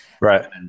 Right